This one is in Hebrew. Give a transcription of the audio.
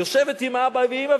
יושבת עם אבא ואמא,